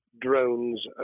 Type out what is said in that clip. drones